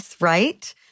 right